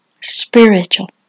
spiritual